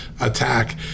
attack